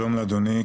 שלום לאדוני,